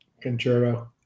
concerto